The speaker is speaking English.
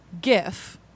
gif